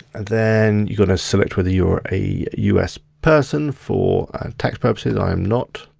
then you've gotta select whether you are a us person for tax purposes, i am not.